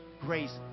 Grace